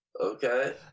Okay